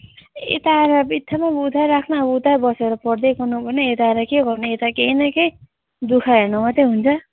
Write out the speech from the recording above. यता आएर बित्थामा उतै राख्न उतै बसेर पढ्दै गर्नु भन्न यता के गर्नु यता केही न केही दु ख हेर्नु मात्रै हुन्छ